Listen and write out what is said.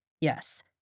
Yes